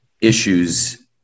issues